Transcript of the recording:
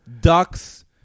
ducks